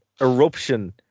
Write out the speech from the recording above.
eruption